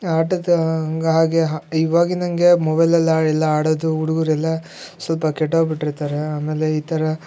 ಆಟದ ಇವಾಗಿನಂಗೆ ಮೊಬೈಲೆಲ್ಲಾ ಎಲ್ಲ ಆಡದು ಹುಡುಗ್ರೆಲ್ಲಾ ಸ್ವಲ್ಪ ಕೆಟ್ಟೋಗ್ಬಿಟ್ಟಿರ್ತಾರೆ ಆಮೇಲೆ ಈ ಥರ